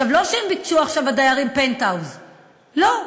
עכשיו, לא שהם ביקשו, הדיירים, פנטהאוז, לא.